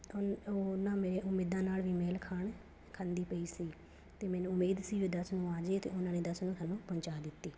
ਉਨ ਉਹ ਨਾ ਮੇਰੇ ਉਮੀਦਾਂ ਨਾਲ ਵੀ ਮੇਲ ਖਾਣ ਖਾਂਦੀ ਪਈ ਸੀ ਅਤੇ ਮੈਨੂੰ ਉਮੀਦ ਸੀ ਵੀ ਦਸ ਨੂੰ ਆ ਜਾਵੇ ਅਤੇ ਉਹਨਾਂ ਨੇ ਦਸ ਨੂੰ ਸਾਨੂੰ ਪਹੁੰਚਾ ਦਿੱਤੀ